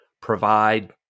provide